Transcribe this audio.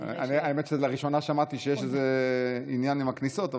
האמת היא שלראשונה שמעתי שיש עניין עם הכניסות,